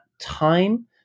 time